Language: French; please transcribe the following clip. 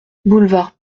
boulevard